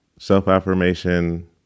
Self-affirmation